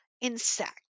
insect